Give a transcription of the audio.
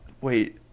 wait